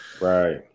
Right